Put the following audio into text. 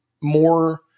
more